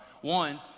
One